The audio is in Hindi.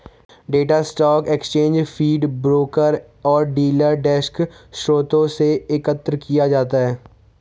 data stock exchange feed, broker और डीलर डेस्क स्रोतों से एकत्र किया जाता है